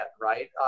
right